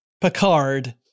Picard